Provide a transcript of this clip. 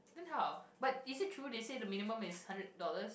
then how but is it true they say the minimum is hundred dollar